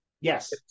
Yes